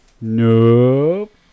Nope